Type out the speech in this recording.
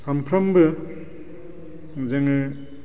सानफ्रोमबो जोङो